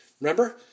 Remember